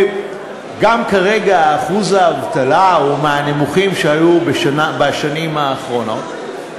וגם כרגע אחוז האבטלה הוא מהנמוכים שהיו בשנים האחרונות,